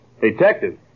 Detective